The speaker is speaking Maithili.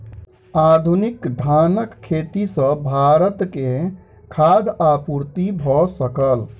आधुनिक धानक खेती सॅ भारत के खाद्य आपूर्ति भ सकल